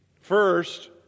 First